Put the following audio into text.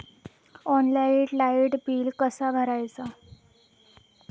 Online light bill कसा भरायचा?